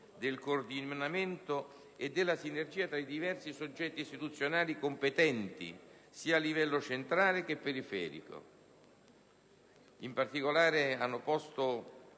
del coordinamento e della sinergia tra i diversi soggetti istituzionali competenti, sia a livello centrale che periferico. In particolare, posto